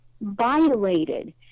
violated